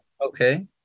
okay